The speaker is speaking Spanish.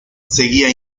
seguía